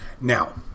Now